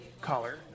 color